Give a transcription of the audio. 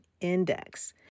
index